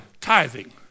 tithing